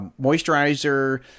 moisturizer